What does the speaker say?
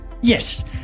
Yes